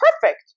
perfect